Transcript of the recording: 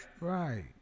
Right